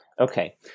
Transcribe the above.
Okay